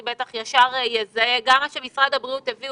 בטח ישר יזהה גם מה שמשרד הבריאות הביא,